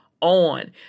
on